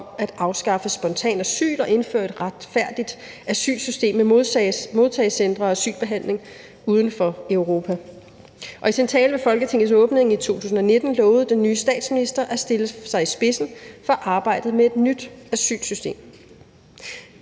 at afskaffe spontant asyl og indføre et retfærdigt asylsystem med modtagecentre og asylbehandling uden for Europa, og i sin tale ved Folketingets åbning i 2019 lovede den nye statsminister at stille sig i spidsen for arbejdet med et nyt asylsystem.